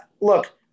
Look